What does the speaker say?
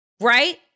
right